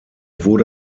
wurde